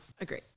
agree